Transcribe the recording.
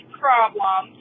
problem